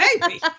baby